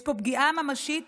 יש פה פגיעה ממשית